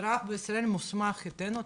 שרב בישראל מוסמך חיתן אותם,